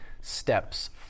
steps